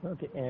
Okay